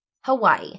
Hawaii